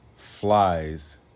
flies